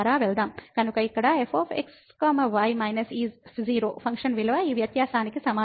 కాబట్టి ఇక్కడ f x y minus ఈ 0 ఫంక్షన్ విలువ ఈ వ్యత్యాసానికి సమానం